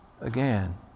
again